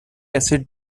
acid